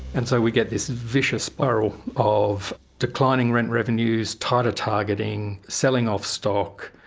and so we get this vicious spiral of declining rent revenues, tighter targeting, selling off stock,